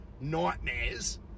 nightmares